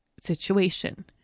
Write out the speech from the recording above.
situation